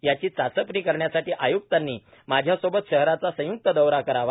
याची चाचपणी करण्यासाठी आयुक्तांनी माझ्यासोबत शहराचा संयुक्त दौरा करावा